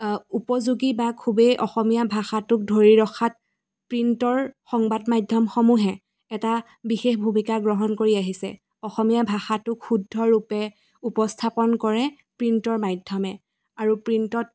উপযোগী বা খুবেই অসমীয়া ভাষাটোক ধৰি ৰখাত প্ৰিণ্টৰ সংবাদ মাধ্যমসমূহে এটা বিশেষ ভূমিকা গ্ৰহণ কৰি আহিছে অসমীয়া ভাষাটোক শুদ্ধৰূপে উপস্থাপন কৰে প্ৰিণ্টৰ মাধ্যমে আৰু প্ৰিণ্টত